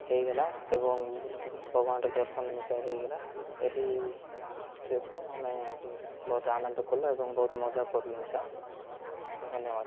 ହେଇଗଲା ଏବଂ ଭଗବାନର ଦର୍ଶନମିଶା ହେଇଗଲା ଏହି ଟ୍ରିପ୍କୁ ଆମେ ବହୁତ ଆନନ୍ଦ କଲୁ ଏବଂ ବହୁତ ମଜାକଲୁ ମିଶା ତ ଧନ୍ୟବାଦ